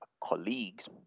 colleagues